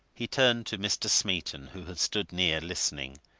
he turned to mr. smeaton, who had stood near, listening.